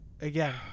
again